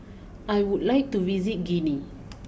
I would like to visit Guinea